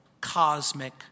cosmic